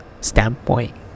standpoint